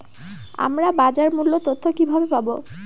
আমরা বাজার মূল্য তথ্য কিবাবে পাবো?